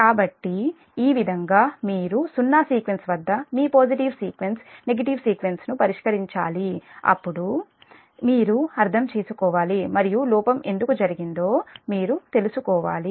కాబట్టి ఈ విధంగా మీరు సున్నా సీక్వెన్స్ వద్ద మీ పాజిటివ్ సీక్వెన్స్ నెగటివ్ సీక్వెన్స్ ను పరిష్కరించాలి అప్పుడు మీరు అర్థం చేసుకోవాలి మరియు లోపం ఎందుకు జరిగిందో మీరు తెలుసుకోవాలి